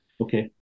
okay